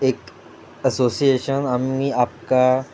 एक एसोसिएशन आमी आपका